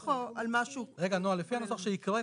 שהקראת,